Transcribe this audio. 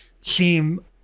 seem